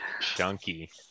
chunky